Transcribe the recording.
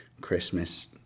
Christmas